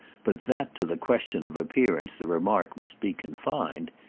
but that to the question of appearance the remark must be confined,